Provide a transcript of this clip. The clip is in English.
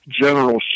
general